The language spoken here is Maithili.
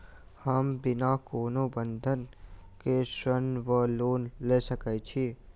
हम बिना कोनो बंधक केँ ऋण वा लोन लऽ सकै छी?